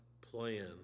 plan